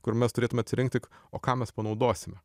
kur mes turėtume atsirinkt tik o ką mes panaudosime